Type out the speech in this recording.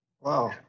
Wow